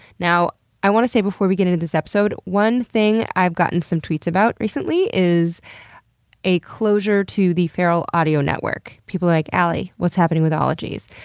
now i want to say, before we get into this episode, one thing i've gotten some tweets about recently is a closure to the feral audio network. people are like, alie, what's happening with ologies?